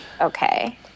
Okay